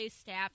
staff